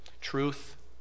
Truth